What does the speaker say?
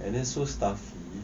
and then so stuffy